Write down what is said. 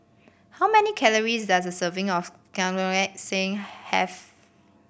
how many calories does a serving of have